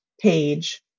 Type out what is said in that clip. page